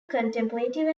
contemplative